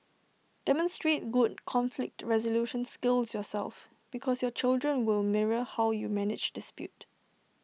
demonstrate good conflict resolution skills yourself because your children will mirror how you manage dispute